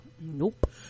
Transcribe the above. nope